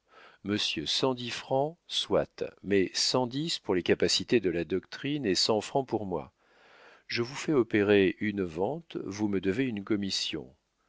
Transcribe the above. cent dix francs soit mais cent dix pour les capacités de la doctrine et cent francs pour moi je vous fais opérer une vente vous me devez une commission